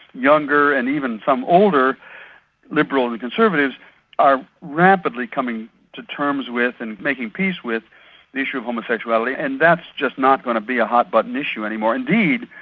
younger and even some older liberals and conservatives are rapidly coming to terms with and making peace with the issue of homosexuality, and that's just not going to be a hot-button issue anymore. indeed,